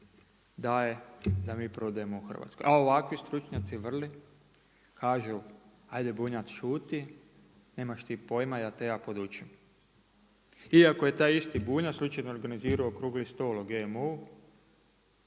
daje da mi prodajemo u Hrvatskoj. A ovakvi stručnjaci, vrli, kažu ajde Bunjac šuti, nemaš ti pojma, da te ja podučim. Iako je taj isti Bunjac, slučajno organizirao okrugli stol o GMO,